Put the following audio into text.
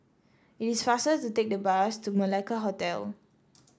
it is faster to take the bus to Malacca Hotel